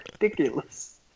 ridiculous